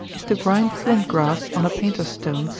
is to grind flint glass, on a painter's stone,